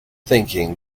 thinking